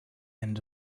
end